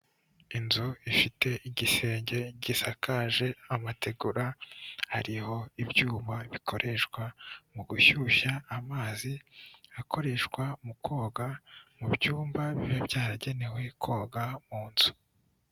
Inzu ifite igisenge gisakaje amategura hariho ibyuma bikoreshwa mu gushyushya amazi akoreshwa mu koga mu byumba biba byaragenewe koga mu nzu.